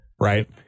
right